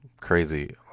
crazy